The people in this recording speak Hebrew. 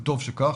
וטוב שכך,